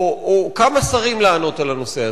או כמה שרים לענות על הנושא הזה.